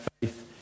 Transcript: faith